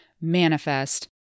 manifest